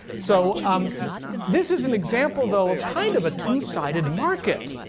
so um this is an example, though, of kind of a two sided market.